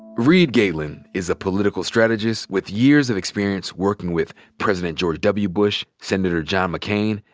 reed galen is a political strategist with years of experience working with president george w. bush, senator john mccain,